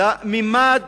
לממד